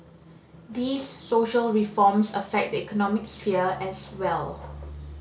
these social reforms affect the economic sphere as well